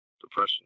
depression